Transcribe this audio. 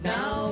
Now